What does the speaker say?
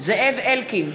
זאב אלקין,